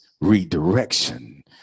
redirection